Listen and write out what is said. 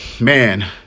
man